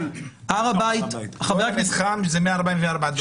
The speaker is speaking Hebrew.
הר הבית --- כל המתחם זה 144 דונם.